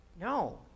No